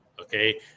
okay